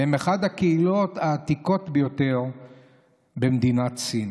והן אחת הקהילות העתיקות ביותר במדינת סין.